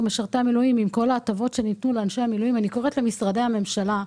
עם כלל המשרדי הממשלה,